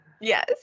Yes